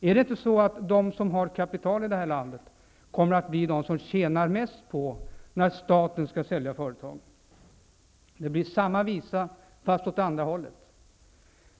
Är det inte så att de som har kapital i det här landet kommer att bli de som tjänar mest på att staten säljer företag? Det blir samma visa, fast åt andra hållet.